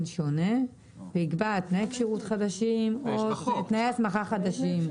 שונה ויקבע תנאי כשירות חדשים או תנאי הסמכה חדשים.